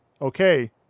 okay